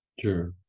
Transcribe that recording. Sure